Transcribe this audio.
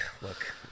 Look